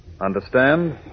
Understand